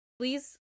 Please